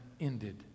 ended